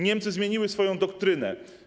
Niemcy zmieniły swoją doktrynę.